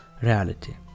reality